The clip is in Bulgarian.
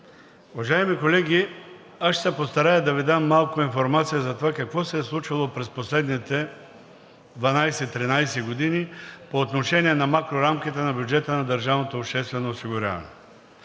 Уважаеми колеги, аз ще се постарая да Ви дам малко информация за това какво се е случвало през последните 12 – 13 години по отношение на макрорамката на бюджета на държавното обществено осигуряване.